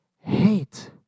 hate